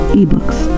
ebooks